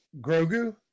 Grogu